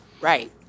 Right